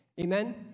Amen